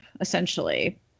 essentially